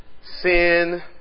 Sin